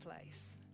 place